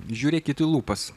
žiūrėkit į lūpas